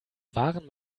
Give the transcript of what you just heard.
waren